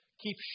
Keep